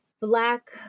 Black